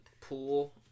pool